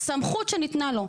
סמכות שניתנה לו.